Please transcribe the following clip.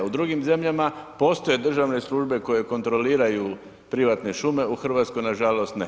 U drugim zemljama postoje državne službe koje kontroliraju privatne šume, u Hrvatskoj nažalost ne.